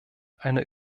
eine